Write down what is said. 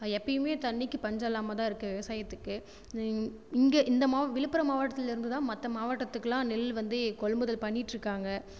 எப்போயிமே தண்ணிக்கு பஞ்சல்லாம தான் இருக்குது விவசாயத்துக்கு இங்கே இந்த மா விழுப்புரம் மாவட்டத்தில் இருந்து தான் மற்ற மாவட்டத்துக்கெல்லாம் நெல் வந்து கொள்முதல் பண்ணிட்டுருக்காங்க